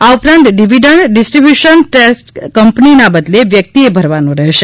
આ ઉપરાંત dividend distribution ટેસ્ક કંપનીના બદલે વ્યક્તિએ ભરવાનો રહેશે